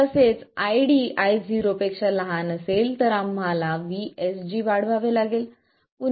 तसेच ID Io असेल तर आम्हाला VSG वाढवावे लागेल